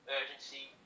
urgency